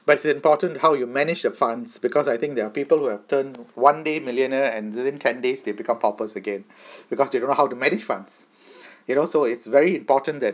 but it's important how you manage the funds because I think there are people who have turn one day millionaire and during ten days they become paupers again because they don't know how to manage funds you know so it's very important that